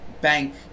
bank